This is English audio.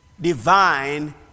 Divine